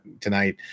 tonight